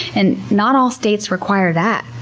and not all states require that.